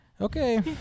Okay